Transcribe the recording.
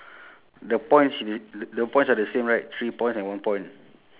or mine I think I also circle mine ah